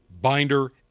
binder